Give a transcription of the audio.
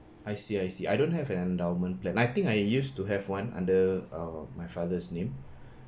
I see I see I don't have an endowment plan I think I used to have one under err my father's name